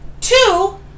two